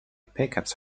pickups